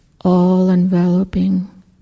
all-enveloping